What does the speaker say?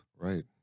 Right